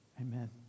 Amen